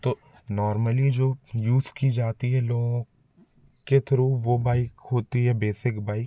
तो नॉर्मली जो यूज़ की जाती है लोगों के थ्रू वो बाइक होती है बेसिक बाइक